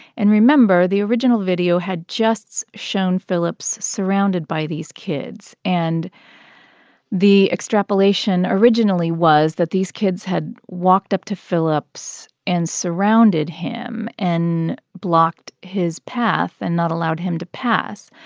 and, remember, the original video had just shown phillips surrounded by these kids. and the extrapolation originally was that these kids had walked up to phillips and surrounded him and blocked his path and not allowed him to pass.